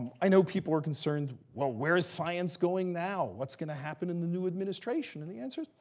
and i know people are concerned, well, where is science going now? what's going to happen in the new administration? and the answer is,